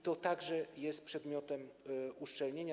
To także jest przedmiotem uszczelnienia.